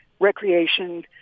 Recreation